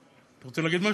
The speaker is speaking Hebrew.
אתה רוצה להגיד משהו?